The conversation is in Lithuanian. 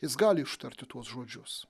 jis gali ištarti tuos žodžius